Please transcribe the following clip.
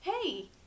Hey